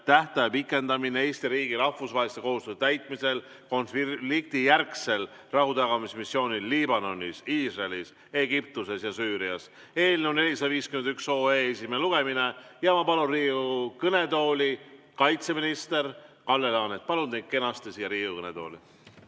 tähtaja pikendamine Eesti riigi rahvusvaheliste kohustuste täitmisel konfliktijärgsel rahutagamismissioonil Liibanonis, Iisraelis, Egiptuses ja Süürias" eelnõu 451 esimene lugemine. Ma palun Riigikogu kõnetooli kaitseminister Kalle Laaneti. Palun teid kenasti siia Riigikogu kõnetooli.